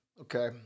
Okay